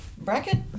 bracket